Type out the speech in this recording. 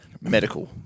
medical